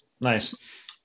nice